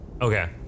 okay